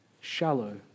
shallow